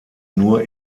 nur